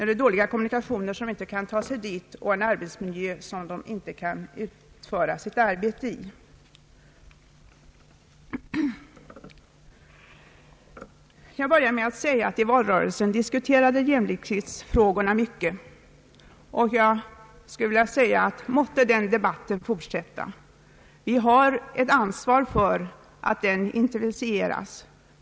De dåliga kommunikationerna gör att de inte kan ta sig till sitt arbete, och arbetsmiljön är ofta sådan att de inte kan utföra sitt arbete där. Jag började mitt anförande med att framhålla att jämlikhetsfrågorna diskuterades mycket i valrörelsen. Måtte den debatten fortsätta. Vi har ett ansvar för att den intensifieras.